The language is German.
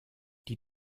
die